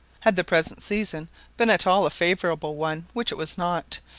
had the present season been at all a favourable one, which it was not,